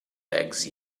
legs